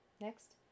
Next